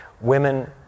Women